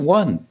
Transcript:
one